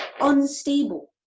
unstable